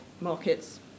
markets